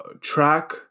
track